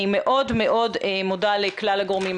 אני מאוד מודה לכלל הגורמים.